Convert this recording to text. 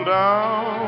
down